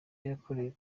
yakoreye